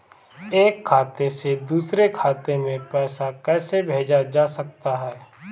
एक खाते से दूसरे खाते में पैसा कैसे भेजा जा सकता है?